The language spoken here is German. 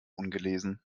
ungelesen